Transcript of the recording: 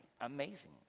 Amazing